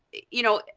you know,